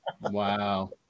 Wow